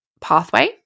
pathway